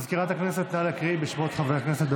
סגנית מזכירת הכנסת, נא להקריא בשמות חברי הכנסת.